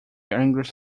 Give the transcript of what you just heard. english